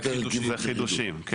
זה חידושים, כן.